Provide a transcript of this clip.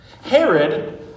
Herod